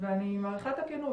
אם זה הנציבות,